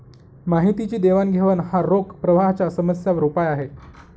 माहितीची देवाणघेवाण हा रोख प्रवाहाच्या समस्यांवर उपाय आहे